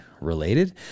related